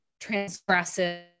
transgressive